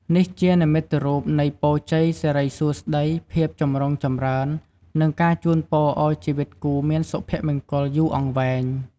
នេះជានិមិត្តរូបនៃ ពរជ័យ សិរីសួស្តី ភាពចម្រុងចម្រើន និងការជូនពរឱ្យជីវិតគូមានសុភមង្គលយូរអង្វែង។